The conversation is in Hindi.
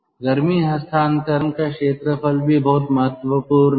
गर्मी हस्तांतरण का क्षेत्रफल भी बहुत महत्वपूर्ण है